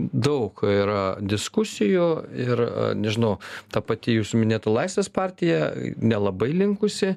daug yra diskusijų ir nežinau ta pati jūsų minėta laisvės partija nelabai linkusi